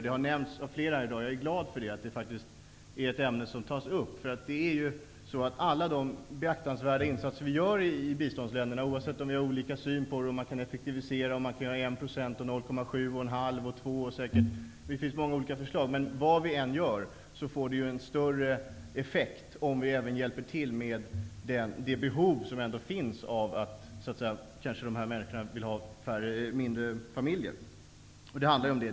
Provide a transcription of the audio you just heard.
Det har nämnts av flera här i dag. Jag är glad att det är ett ämne som faktiskt tas upp. Alla de behjärtansvärda insatser vi gör i biståndsländerna, oavsett om vi har olika syn på hur man kan effektivisera och om man skall ha 1 %, 0,7 %, 1,5 % eller 2 %, får ju en större effekt om vi även hjälper till med det behov som dessa människor har om familjerna blir mindre.